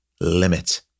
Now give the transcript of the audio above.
limit